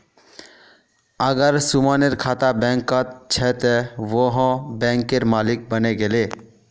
अगर सुमनेर खाता बैंकत छ त वोहों बैंकेर मालिक बने गेले